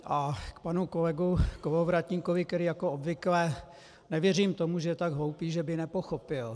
A k panu kolegovi Kolovratníkovi, který jako obvykle... nevěřím tomu, že je tak hloupý, že by nepochopil.